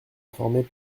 informés